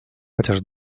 chociaż